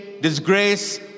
disgrace